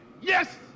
yes